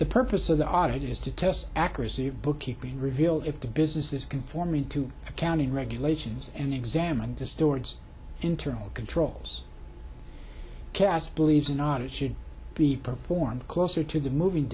the purpose of the audit is to test accuracy bookkeeping reveal if the business is conforming to accounting regulations and examined distorts internal controls cast believes not it should be performed closer to the movi